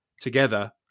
together